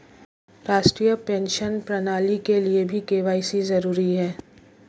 राष्ट्रीय पेंशन प्रणाली के लिए भी के.वाई.सी जरूरी है